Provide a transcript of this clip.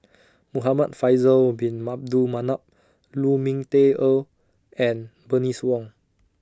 Muhamad Faisal Bin Manap Lu Ming Teh Earl and Bernice Wong